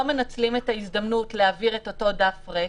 מנצלים את ההזדמנות להעביר את אותו דף ריק,